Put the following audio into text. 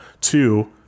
Two